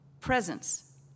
presence